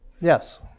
Yes